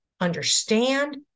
understand